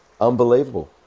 Unbelievable